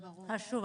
שוב,